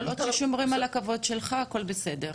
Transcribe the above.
כל עוד ששומרים על הכבוד שלך הכל בסדר.